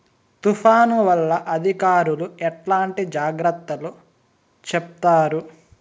తుఫాను వల్ల అధికారులు ఎట్లాంటి జాగ్రత్తలు చెప్తారు?